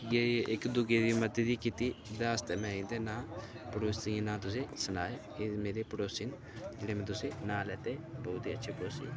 गै इक्क दूऐ दी मदद कीती एह्दे आस्तै में एह्दे नांऽ पड़ोसियें दे नांऽ सनाए के एह् मेरे पड़ोसी न जेह्ड़े में तुसें ई नांऽ लैते बहुत ई अच्छे पड़ोसी न